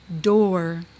door